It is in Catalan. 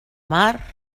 mar